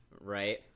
Right